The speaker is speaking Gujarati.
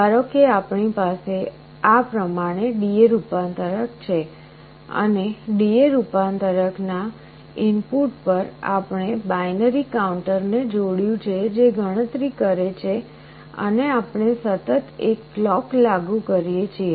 ધારો કે આપણી પાસે આ પ્રમાણે DA રૂપાંતરક છે અને DA રૂપાંતરક ના ઇનપુટ પર આપણે બાઈનરી કાઉન્ટરને જોડ્યું છે જે ગણતરી કરે છે અને આપણે સતત એક ક્લોક લાગુ કરીએ છીએ